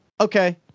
okay